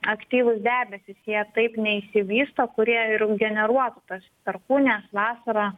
aktyvūs debesys jie taip neišsivysto kurie ir generuotų tas perkūnijas vasarą